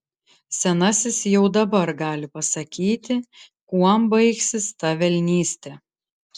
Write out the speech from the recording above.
senasis jau dabar gali pasakyti kuom baigsis ta velnystė